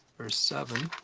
verse seven,